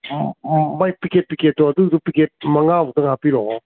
ꯎꯝ ꯎꯝ ꯃꯣꯏ ꯄꯤꯀꯦꯠ ꯄꯤꯀꯦꯠꯇꯣ ꯑꯗꯨꯗꯨ ꯄꯤꯀꯦꯠ ꯃꯉꯥꯃꯨꯛꯇꯪ ꯍꯥꯞꯄꯤꯔꯛꯑꯣ